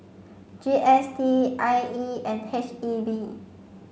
G S T I E and H E B